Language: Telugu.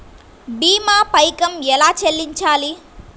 భీమా పైకం ఎలా చెల్లించాలి?